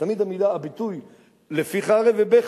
תמיד הביטוי "לפי חרב", מול "בחרב",